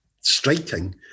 striking